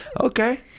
Okay